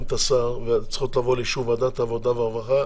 את השר והן צריכות לבוא לאישור ועדת העבודה והרווחה,